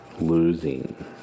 losing